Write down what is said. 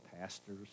pastors